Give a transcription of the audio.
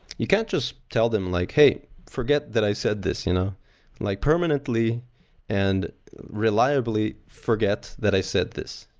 you can't just tell them like, hey, forget that i said this. you know like permanently and reliably forget that i said this.